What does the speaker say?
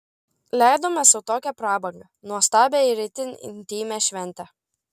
leidome sau tokią prabangą nuostabią ir itin intymią šventę